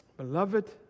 Beloved